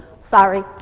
Sorry